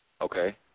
Okay